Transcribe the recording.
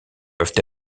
peuvent